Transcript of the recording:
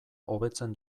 hobetzen